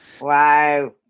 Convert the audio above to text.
Wow